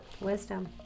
Wisdom